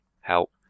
help